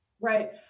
Right